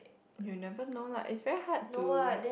you never know lah it's very hard to